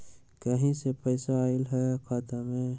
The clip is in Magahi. कहीं से पैसा आएल हैं खाता में?